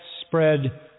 spread